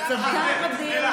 ללהטט.